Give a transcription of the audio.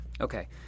Okay